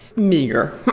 meager.